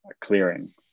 clearing